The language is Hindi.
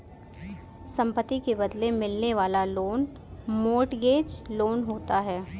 संपत्ति के बदले मिलने वाला लोन मोर्टगेज लोन होता है